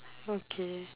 okay